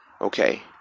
okay